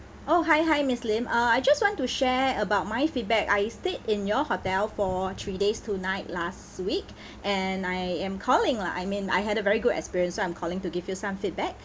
oh hi hi miss lim uh I just want to share about my feedback I stayed in your hotel for three days two night last week and I am calling lah I mean I had a very good experience so I'm calling to give you some feedback